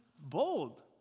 bold